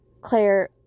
Claire